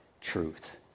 truth